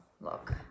Look